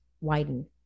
widen